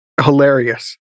hilarious